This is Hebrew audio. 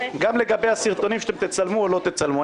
גם לגבי הסרטונים שתצלמו או לא תצלמו.